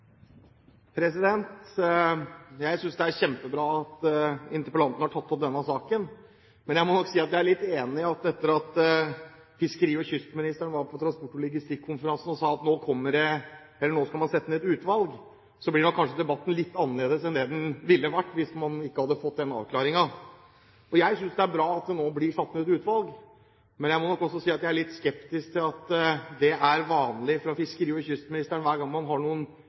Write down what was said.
kjempebra at interpellanten har tatt opp denne saken. Jeg må nok si jeg er litt enig i at etter at fiskeri- og kystministeren var på transport- og logistikkonferansen og sa at nå skal man sette ned et utvalg, blir kanskje debatten litt annerledes enn det den ville vært hvis man ikke hadde fått den avklaringen. Jeg synes det er bra at det nå blir satt ned et utvalg, men jeg må nok også si jeg er litt skeptisk, for det er vanlig fra fiskeri- og kystministeren hver gang man har noen